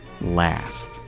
last